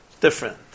Different